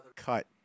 Cut